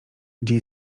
gdzie